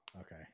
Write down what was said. okay